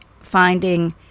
finding